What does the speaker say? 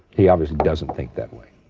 he obviously doesn't think that way.